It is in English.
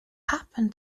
happen